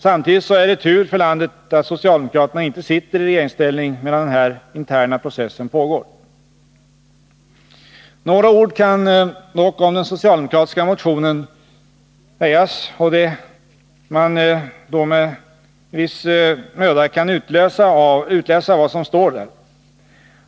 Samtidigt är det tur för landet att socialdemokraterna inte sitter i regeringsställning medan den här interna processen pågår. Några ord kan dock sägas om den socialdemokratiska motionen och det man med någon möda kan utläsa av vad som står där.